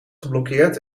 geblokkeerd